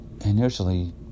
initially